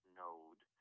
node